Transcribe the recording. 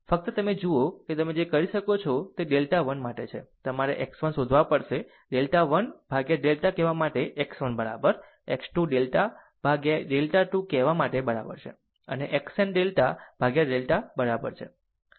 ફક્ત તમે જુઓ કે તમે જે કરી શકો છો તે ડેલ્ટા 1 માટે છે તમારે x 1 શોધવા પડશે ડેલ્ટા 1 ડેલ્ટા કહેવા માટે x 1 બરાબર x 2 ડેલ્ટા ભાગ્યા ડેલ્ટા 2 કહેવા માટે બરાબર છે અને xn ડેલ્ટા ભાગ્યા ડેલ્ટા બરાબર છે